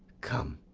come,